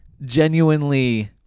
genuinely